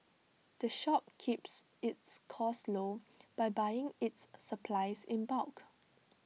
the shop keeps its costs low by buying its supplies in bulk